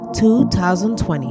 2020